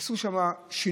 עשו שם שינוי,